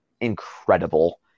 incredible